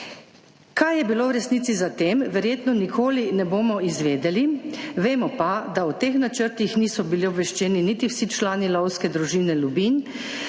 Kaj je bilo v resnici za tem, verjetno nikoli ne bomo izvedeli, vemo pa, da o teh načrtih niso bili obveščeni niti vsi člani Lovske družine Lubinj,